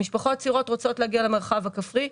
משפחות צעירות רוצות להגיע למרחב הכפרי.